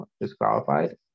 disqualified